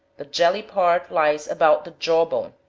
the jelly part lies about the jaw-bone,